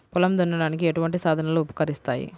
పొలం దున్నడానికి ఎటువంటి సాధనలు ఉపకరిస్తాయి?